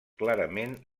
clarament